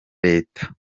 leta